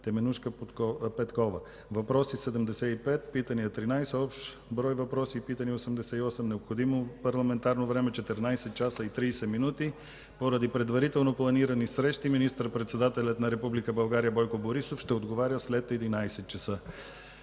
Теменужка Петкова. Въпроси – 75; питания – 13; общ брой въпроси и питания – 88. Необходимо парламентарно време – 14 часа и 30 мин. Поради предварително планирани срещи министър-председателят на Република България Бойко Борисов ще отговаря след 11,00 ч.